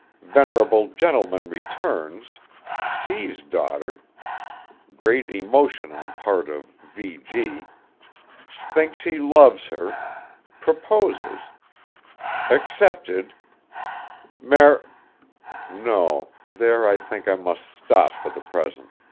venerable gentleman returns sees daughter great emotion on part of v. g thinks he loves her proposes accepted mar no, there i think i must stop for the present.